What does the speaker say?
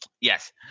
yes